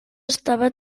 estava